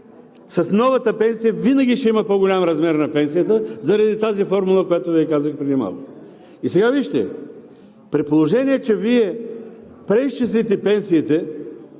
с новата пенсия, винаги ще има по-голям размер на пенсията заради тази формула, която Ви казах преди малко. И сега вижте, при положение че Вие преизчислите пенсиите